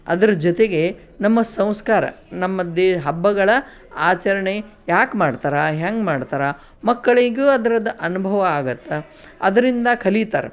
ಅದರ ಜೊತೆಗೆ ನಮ್ಮ ಸಂಸ್ಕಾರ ನಮ್ಮದೇ ಹಬ್ಬಗಳ ಆಚರಣೆ ಯಾಕೆ ಮಾಡ್ತಾರೆ ಹೇಗ್ ಮಾಡ್ತಾರೆ ಮಕ್ಕಳಿಗೂ ಅದ್ರದ್ದು ಅನುಭವ ಆಗುತ್ತೆ ಅದರಿಂದ ಕಲೀತಾರ್